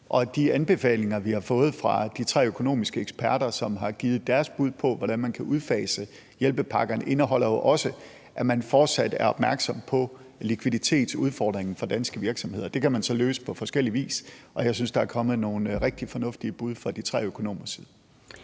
De anbefalinger, som vi har fået fra de tre økonomiske eksperter, som har givet deres bud på, hvordan man kan udfase hjælpepakkerne, indeholder jo også, at man fortsat er opmærksom på likviditetsudfordringen for danske virksomheder. Det kan man så løse på forskellig vis, og jeg synes, at der er kommet nogle rigtig fornuftige bud fra de tre økonomers side.